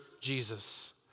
Jesus